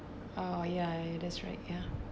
oh ya it is right ya